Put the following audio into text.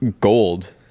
gold